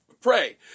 Pray